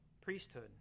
priesthood